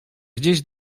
gdzieś